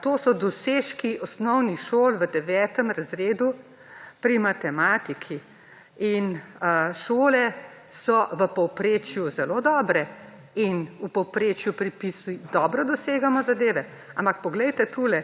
to so dosežki osnovnih šol v devetem razredu pri matematiki. In šole so v povprečju zelo dobre in v povprečju dobro dosegamo zadeve, ampak poglejte tule,